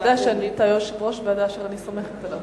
אתה יודע שאתה יושב-ראש שאני סומכת עליו.